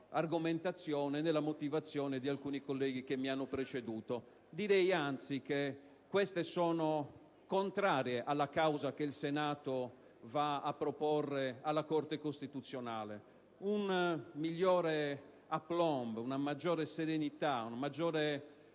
nell'argomentazione e nella motivazione di alcuni colleghi che mi hanno preceduto. Direi anzi che queste sono contrarie alla causa che il Senato va a proporre alla Corte costituzionale: un migliore *aplomb*, una ulteriore serenità, una maggiore